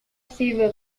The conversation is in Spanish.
sirve